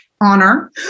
honor